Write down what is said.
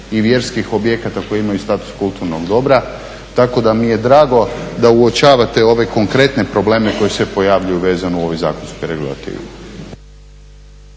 i vjerskih objekata koji imaju status kulturnog dobra tako da mi je drago da uočavate ove konkretne probleme koji se pojavljuju vezano u ovoj zakonskoj regulativi.